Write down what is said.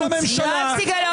גם לצלם כמו איזה פפראצי.